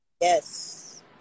yes